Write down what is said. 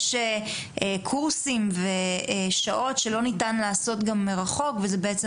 יש קורסים ושעות שלא ניתן לעשות גם מרחוק וזה בעצם